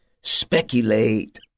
speculate